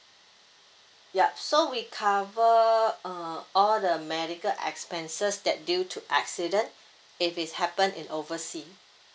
yup so we cover uh all the medical expenses that due to accident if it's happen in oversea